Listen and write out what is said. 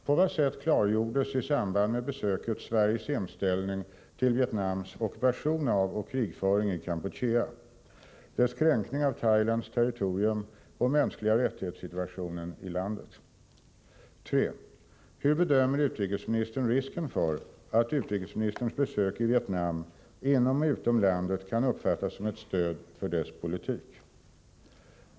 På vad sätt klargjordes i samband med besöket Sveriges inställning till Vietnams ockupation av och krigföring i Kampuchea, dess kränkning av Thailands territorium och situationen beträffande mänskliga rättigheter i landet? 3. Hur bedömer utrikesministern risken för att utrikesministerns besök i Vietnam inom och utom landet kan uppfattas som ett stöd för dess politik?